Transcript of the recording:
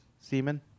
semen